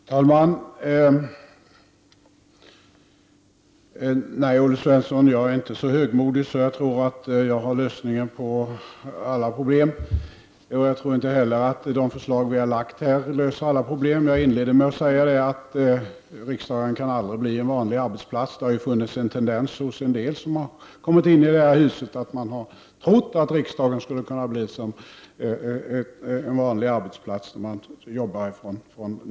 Herr talman! Nej, Olle Svensson, jag är inte så högmodig att jag tror att jag har lösningen på alla problem. Jag tror inte heller att de förslag vi här har lagt fram löser alla problem. Jag sade i mitt inledningsanförande att riksdagen aldrig kan bli en vanlig arbetsplats. Det har funnits en tendens hos en del som har kommit in i detta hus att tro att riksdagen skulle kunna bli som en vanlig arbetsplats, där man arbetar från kl.